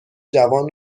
جوان